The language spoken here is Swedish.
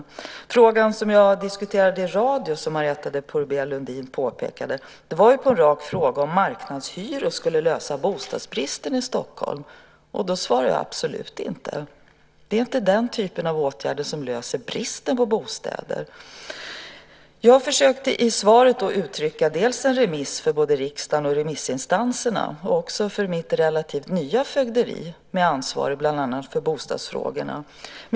Den fråga som jag diskuterade i radio, som Marietta de Pourbaix-Lundin påpekade, var en rak fråga om marknadshyror skulle lösa bostadsbristen i Stockholm. Då svarade jag: Absolut inte. Det är inte den typen av åtgärder som löser bristen på bostäder. Jag försökte i mitt svar uttrycka en remiss för riksdagen och remissinstanserna och för mitt relativt nya fögderi med ansvar för bland annat bostadsfrågorna.